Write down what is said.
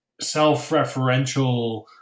self-referential